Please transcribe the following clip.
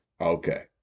Okay